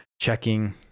checking